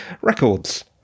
Records